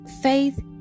Faith